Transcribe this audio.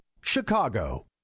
CHICAGO